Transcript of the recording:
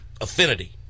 affinity